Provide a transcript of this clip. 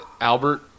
Albert